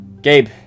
Gabe